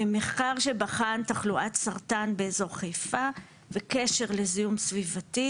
מחקר שבחן תחלואת סרטן באזור חיפה וקשר לזיהום סביבתי,